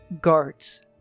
guards